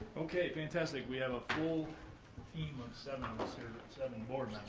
okay, fantastic. we have a full team of seven of us here, seven board